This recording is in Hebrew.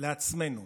לעצמנו